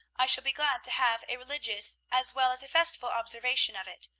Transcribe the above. i shall be glad to have a religious as well as a festival observation of it.